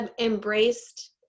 embraced